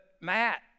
Matt